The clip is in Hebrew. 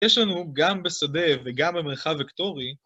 יש לנו גם בשדה וגם במרחב וקטורי